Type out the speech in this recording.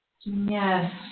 Yes